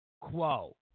quo